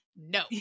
no